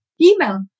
email